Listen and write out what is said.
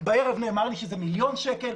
בערב נאמר לי שזה מיליון שקל,